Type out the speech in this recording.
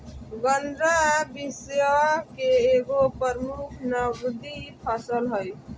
गन्ना विश्व के एगो प्रमुख नकदी फसल हइ